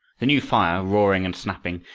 the new fire, roaring and snapping,